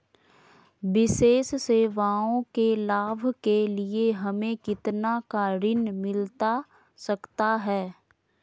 विशेष सेवाओं के लाभ के लिए हमें कितना का ऋण मिलता सकता है?